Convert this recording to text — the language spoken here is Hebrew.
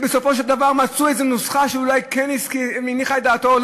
שבסופו של דבר מצאו איזו נוסחה שאולי כן מניחה את דעתו,